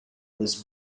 was